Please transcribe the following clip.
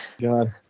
God